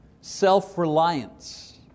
self-reliance